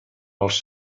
els